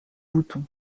bouton